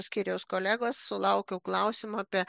skyriaus kolegos sulaukiau klausimo apie